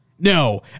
No